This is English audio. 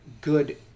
good